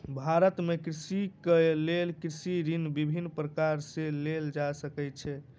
भारत में कृषकक लेल कृषि ऋण विभिन्न प्रकार सॅ लेल जा सकै छै